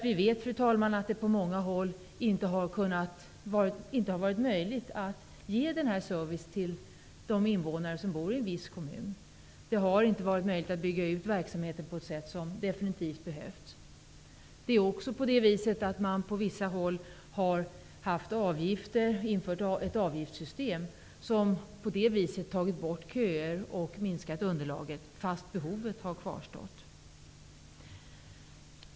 Vi vet att det på många håll inte har varit möjligt att ge denna service till de invånare som bor i en viss kommun. Det har inte varit möjligt att bygga ut verksamheten på ett sätt som definitivt behövts. Man har på vissa håll infört ett avgiftssystem och på detta sätt tagit bort köer och minskat underlaget fast behovet har kvarstått.